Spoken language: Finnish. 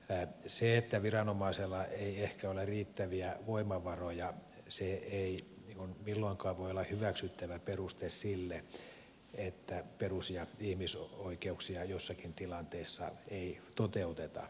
se että viranomaisella ei ehkä ole riittäviä voimavaroja ei milloinkaan voi olla hyväksyttävä peruste sille että perus ja ihmisoikeuksia jossakin tilanteessa ei toteuteta